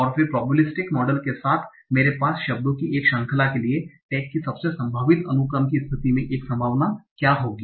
और फिर probabilistic models के साथ मेरे पास शब्दों की एक श्रृंखला के लिए टैग की सबसे संभावित अनुक्रम की स्थिति में एक संभावना क्या होगी